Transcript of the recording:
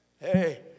hey